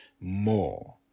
more